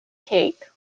cake